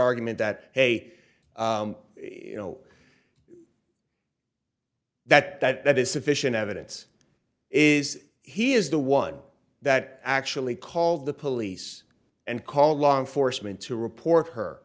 argument that hey you know that that is sufficient evidence is he is the one that actually called the police and called law enforcement to report her